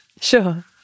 Sure